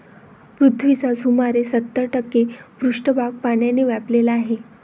पृथ्वीचा सुमारे सत्तर टक्के पृष्ठभाग पाण्याने व्यापलेला आहे